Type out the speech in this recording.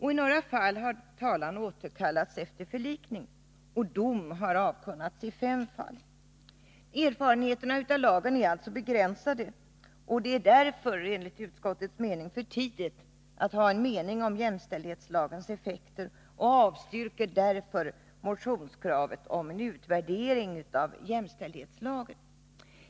I några fall har talan återkallats efter förlikning. Dom har avkunnats i fem fall. Erfarenheterna av lagen är alltså begränsade, och det är därför, enligt utskottet, för tidigt att ha en mening om jämställdhetslagens effekter. Utskottet avstyrker därför motionskravet om en utvärdering av jämställdhetslagen.